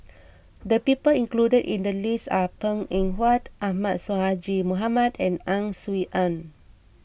the people included in the list are Png Eng Huat Ahmad Sonhadji Mohamad and Ang Swee Aun